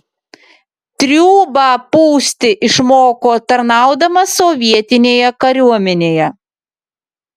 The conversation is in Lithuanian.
triūbą pūsti išmoko tarnaudamas sovietinėje kariuomenėje